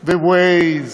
ו-Waze,